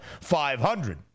500